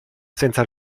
senza